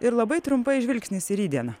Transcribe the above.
ir labai trumpai žvilgsnis į rytdieną